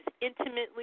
intimately